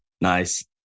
Nice